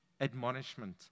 admonishment